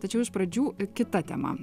tačiau iš pradžių kita tema